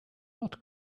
not